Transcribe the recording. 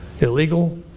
illegal